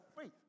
faith